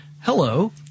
hello